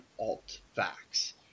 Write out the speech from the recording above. alt-facts